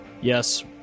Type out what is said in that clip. Yes